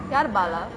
யாரு:yaaru bala